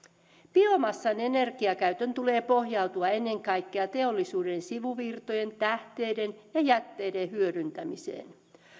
biomassan energiakäytön tulee pohjautua ennen kaikkea teollisuuden sivuvirtojen tähteiden ja jätteiden hyödyntämiseen